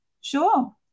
Sure